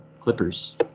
Clippers